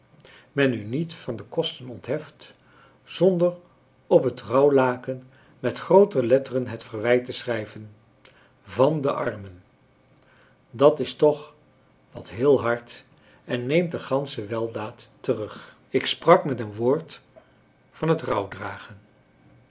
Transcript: men u niet van de kosten ontheft zonder op het rouwlaken met groote letteren het verwijt te schrijven van de armen dat is toch wat heel hard en neemt de gansche weldaad terug ik sprak met een woord van het